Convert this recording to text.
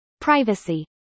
Privacy